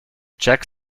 check